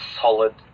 solid